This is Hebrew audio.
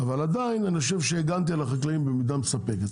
אבל עדיין אני חושב שהגנתי על החקלאים במידה מספקת.